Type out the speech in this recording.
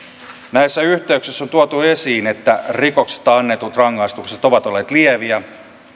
näissä yhteyksissä on tuotu esiin että rikoksista annetut rangaistukset ovat olleet lieviä